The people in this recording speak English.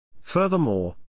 Furthermore